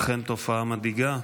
אכן תופעה מדאיגה.